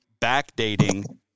backdating